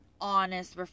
honest